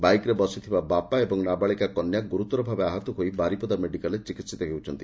ବାଇକ୍ରେ ବସିଥିବା ବାପା ଓ ନାବାଳିକା କନ୍ୟା ଗ୍ରର୍ତର ଭାବେ ଆହତ ହୋଇ ବାରିପଦା ମେଡିକାଲରେ ଚିକିିିତ ହେଉଛନ୍ତି